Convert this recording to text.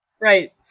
right